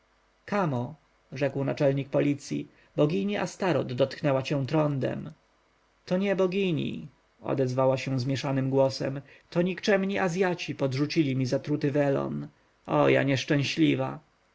kamo rzekł naczelnik policji bogini astoreth dotknęła cię trądem to nie bogini odezwała się zmienionym głosem to nikczemni azjaci podrzucili mi zatruty welon o ja nieszczęśliwa